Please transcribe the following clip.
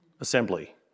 assembly